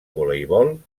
voleibol